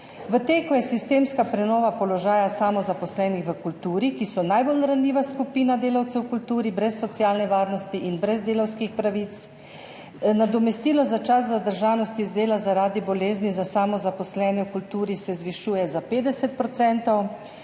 v teku je sistemska prenova položaja samozaposlenih v kulturi, ki so najbolj ranljiva skupina delavcev v kulturi, brez socialne varnosti in brez delavskih pravic. Nadomestilo za čas zadržanosti z dela zaradi bolezni za samozaposlene v kulturi se zvišuje za 50